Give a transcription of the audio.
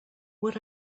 what